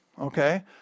okay